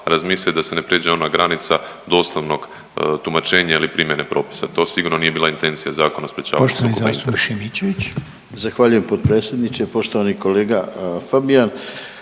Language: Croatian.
da se ne prijeđe ona granica doslovnog tumačenja ili primjene propisa. To sigurno nije bila intencija Zakona o sprječavanju sukoba